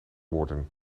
worden